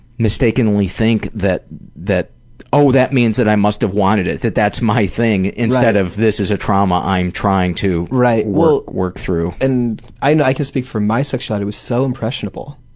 mistakenly think that that oh, that means that i must have wanted it, that that's my thing', instead of this is a trauma i'm trying to work work through. and i know i can speak for my sexuality, it was so impressionable,